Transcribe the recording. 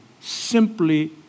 simply